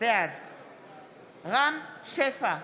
בעד רם שפע,